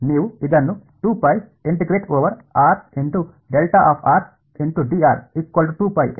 ಆದ್ದರಿಂದ ಅದನ್ನು ಹಾಗೆ ಮಾಡಬೇಡಿ ಸರಿ